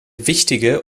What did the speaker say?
wichtige